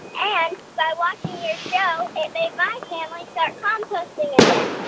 and by watching your show, it made my family start composting again.